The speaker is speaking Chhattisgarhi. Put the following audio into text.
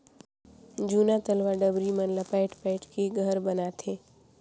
जूना तलवा डबरी मन ला पायट पायट के घर बनाथे